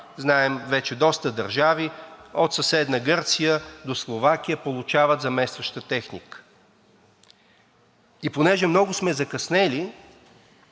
Знаем вече, че доста държави – от съседна Гърция до Словакия, получават заместваща техника и понеже много сме закъснели,